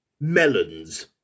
Melons